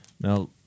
now